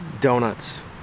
Donuts